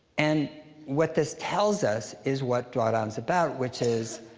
and what this tells us is what drawdown is about, which is